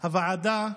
הוועדה